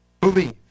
believe